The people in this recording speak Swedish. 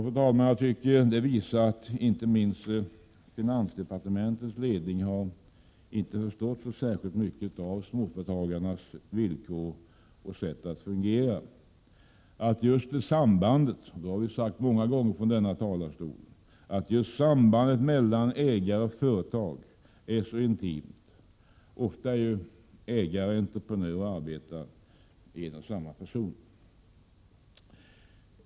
Detta tycker jag visar att inte minst finansdepartementets ledning inte har förstått särskilt mycket av småföretagarens villkor och sätt att fungera, att just sambandet mellan ägare och företag är så intimt, vilket har sagts många gånger från denna talarstol. Ofta är ju ägare-entreprenör och arbetare en och samma person.